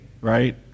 right